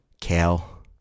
kale